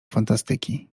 fantastyki